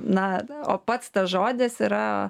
na o pats tas žodis yra